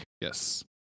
yes